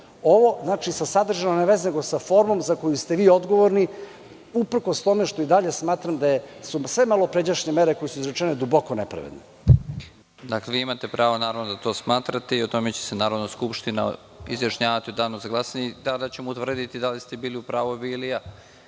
Ovo sa sadržinom nema veze, nego sa formom za koju ste vi odgovorni, uprkos tome što i dalje smatram da su sve malopređašnje mere koje su izrečene duboko nepravedne. **Nebojša Stefanović** Vi imate pravo, naravno, da to smatrate i o tome će se Narodna skupština izjašnjavati u danu za glasanje i tada ćemo utvrditi da li ste bili u pravu vi ili